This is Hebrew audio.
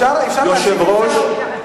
אפשר להפסיק עם זה?